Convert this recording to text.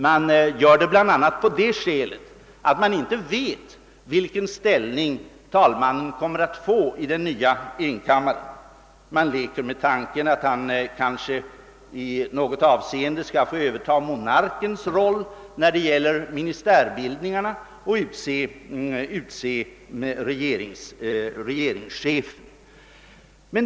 Man gör det bl.a. med det skälet att det inte är klart vilken ställning talmannen kommer att få i den nya enkammaren. Man leker med tanken att han kanske i något avseende får överta monarkens roll när det gäller ministärbildningarna och utse regeringschef.